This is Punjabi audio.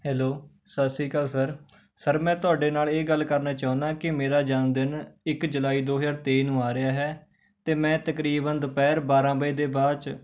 ਹੈਲੋ ਸਤਿ ਸ਼੍ਰੀ ਅਕਾਲ ਸਰ ਸਰ ਮੈਂ ਤੁਹਾਡੇ ਨਾਲ ਇਹ ਗੱਲ ਕਰਨਾ ਚਾਹੁੰਦਾ ਕਿ ਮੇਰਾ ਜਨਮ ਦਿਨ ਇੱਕ ਜੁਲਾਈ ਦੋ ਹਜ਼ਾਰ ਤੇਈ ਨੂੰ ਆ ਰਿਹਾ ਹੈ ਅਤੇ ਮੈਂ ਤਕਰੀਬਨ ਦੁਪਹਿਰ ਬਾਰ੍ਹਾਂ ਵਜੇ ਦੇ ਬਾਅਦ 'ਚ